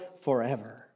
forever